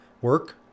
work